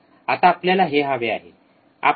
आता आपल्याला हे हवे आहे